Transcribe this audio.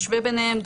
משווה ביניהן,